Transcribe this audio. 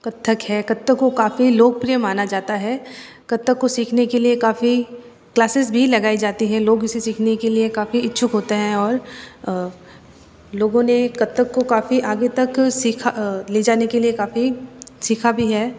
कथक है कथक को काफ़ी लोकप्रिय माना जाता है कथक को सीखने के लिए काफ़ी क्लासेस भी लगाई जाती हैं लोग इसे सीखने के लिए काफ़ी इच्छुक होते हैं और लोगों ने कथक को काफ़ी आगे तक सीखा ले जाने के लिए काफ़ी सीखा भी है